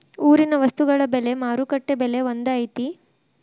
ಊರಿನ ವಸ್ತುಗಳ ಬೆಲೆ ಮಾರುಕಟ್ಟೆ ಬೆಲೆ ಒಂದ್ ಐತಿ?